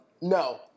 No